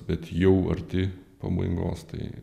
bet jau arti pabaigos tai